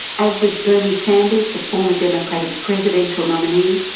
as does bernie sanders the former democratic presidential nominee,